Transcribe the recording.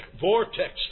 vortex